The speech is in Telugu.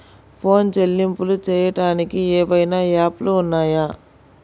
ఫోన్ చెల్లింపులు చెయ్యటానికి ఏవైనా యాప్లు ఉన్నాయా?